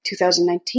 2019